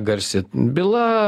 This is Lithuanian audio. garsi byla